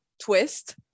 twist